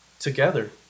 together